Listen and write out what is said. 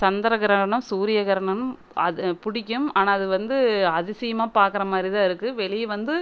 சந்திர கிரகணம் சூரிய கிரகணம் அது பிடிக்கும் ஆனால் அது வந்து அதிசயமாக பார்க்குற மாதிரி தான் இருக்குது வெளியே வந்து